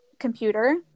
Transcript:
Computer